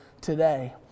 today